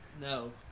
No